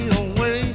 away